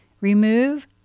Remove